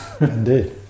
Indeed